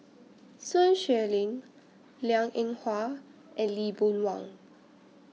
Sun Xueling Liang Eng Hwa and Lee Boon Wang